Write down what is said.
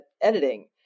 editing